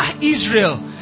Israel